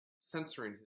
censoring